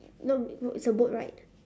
no no it's a boat ride